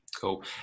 Cool